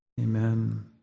Amen